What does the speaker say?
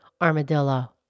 armadillo